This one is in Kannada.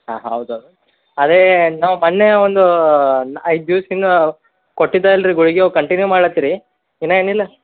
ಹಾಂ ಹೌದು ಅದೇ ನಾವು ಮೊನ್ನೆ ಒಂದು ಐದು ದಿವ್ಸ ಹಿಂದೆ ಕೊಟ್ಟಿದ್ದಲ್ಲ ರೀ ಗುಳಿಗೆ ಅವು ಕಂಟಿನ್ಯೂ ಮಾಡಲತ್ತೀರಿ ಇನ್ನೂ ಏನಿಲ್ಲ